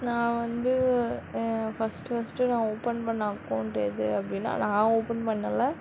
நான் வந்து first first நான் ஓப்பன் பண்ண அக்கௌண்ட் எது அப்படினா நான் ஓப்பன் பண்ணலை